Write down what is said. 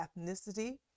ethnicity